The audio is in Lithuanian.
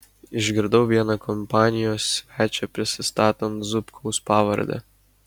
išgirdau vieną kompanijos svečią prisistatant zubkaus pavarde